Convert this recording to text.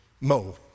Mo